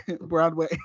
broadway